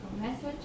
message